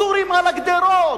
הסורים על הגדרות,